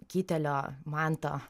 kitelio manto